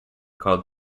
called